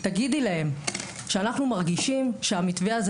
תגידי להם שאנחנו מרגישים שהמתווה הזה